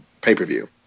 pay-per-view